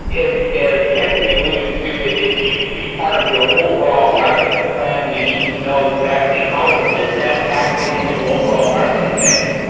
as kenzie alluded to, it needs to be part of your overall marketing plan. we need to know exactly how to fit that tactic into our overall marketing mix,